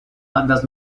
bandas